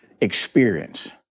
experience